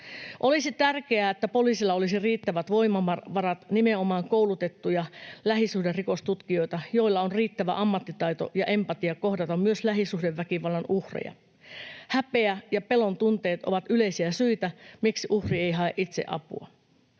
Olisi tärkeää, että poliisilla olisi riittävät voimavarat, nimenomaan koulutettuja lähisuhderikostutkijoita, joilla on riittävä ammattitaito ja empatia kohdata myös lähisuhdeväkivallan uhreja. Häpeä ja pelon tunteet ovat yleisiä syitä, miksi uhri ei hae itse apua.